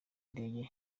indege